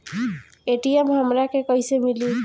ATM हमरा के कइसे मिली?